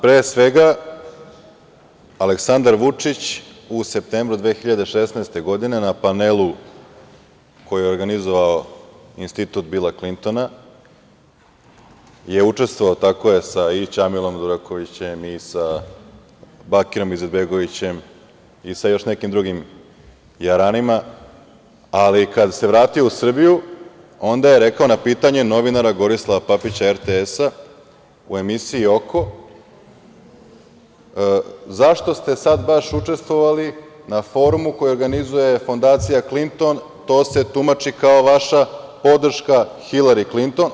Pre svega, Aleksandar Vučić u septembru 2016. godine, na panelu koji je organizovao institut Bila Klintona je učestvovao i sa Ćamilom Durakovićem, i sa Bakirom Izetbegovićem i sa još nekim drugim jaranima, ali kada se vratio u Srbiju onda je rekao, na pitanje novinara, Gorislava Papića RTS-a, u emisiji „Oko“, zašto ste sad baš učestvovali na forumu koji organizuje fondacija Klinton, to se tumači kao vaša podrška Hilari Klinton?